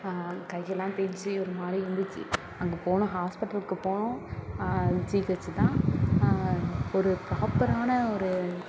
கை எல்லாம் தேய்ஞ்சி ஒரு மாதிரி வந்துச்சு அங்கே போனோம் ஹாஸ்பிட்டலுக்கு போனோம் ஜிஹெச்சு தான் ஒரு பிராப்பரான ஒரு